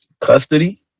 custody